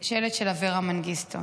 שלט של אברה מנגיסטו,